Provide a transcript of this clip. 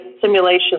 simulation